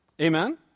Amen